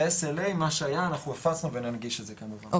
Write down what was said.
את הSLA, מה שהיה אנחנו הפצנו וננגיש את זה כמובן.